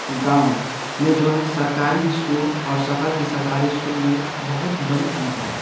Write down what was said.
गाँव में जो है सरकारी स्कूल और शहर की सरकारी स्कूल में बहुत बड़ी अंतर है